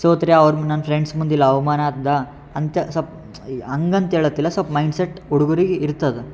ಸೋತರೆ ಅವ್ರು ನನ್ನ ಫ್ರೆಂಡ್ಸ್ ಮುಂದಿಲ್ಲಿ ಅವಮಾನ ಆಗದಾ ಅಂತ ಸೊಲ್ಪ್ ಈ ಹಂಗಂತ್ ಹೇಳತ್ತಿಲ್ಲ ಸಲ್ಪ ಮೈಂಡ್ಸೆಟ್ ಹುಡ್ಗುರಿಗ್ ಇರ್ತದೆ